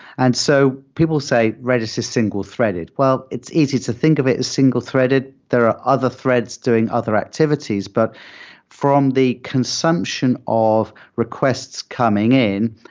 and so people say redis is single-threaded. well, it's easy to think of it as single-threaded. there are other threads doing other activities, but from the consumption of requests coming in,